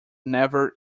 never